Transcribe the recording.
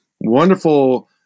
wonderful